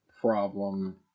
problem